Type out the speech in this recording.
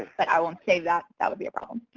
but i won't say that, that would be a problem.